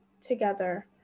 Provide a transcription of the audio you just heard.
together